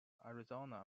arizona